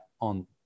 on